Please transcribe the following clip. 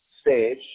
stage